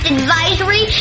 Advisory